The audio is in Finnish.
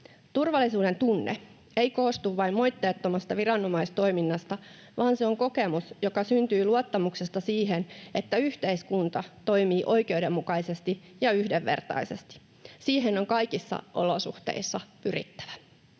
Turvallisuuden tunne ei koostu vain moitteettomasta viranomaistoiminnasta, vaan se on kokemus, joka syntyy luottamuksesta siihen, että yhteiskunta toimii oikeudenmukaisesti ja yhdenvertaisesti. Siihen on kaikissa olosuhteissa pyrittävä.